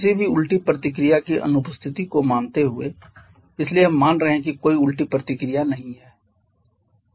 किसी भी उल्टी प्रतिक्रिया की अनुपस्थिति को मानते हुए इसलिए हम मान रहे हैं कि कोई उल्टी प्रतिक्रिया नहीं है कोई पृथक्करण नहीं है